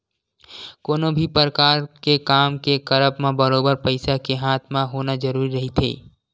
कोनो भी परकार के काम के करब म बरोबर पइसा के हाथ म होना जरुरी रहिथे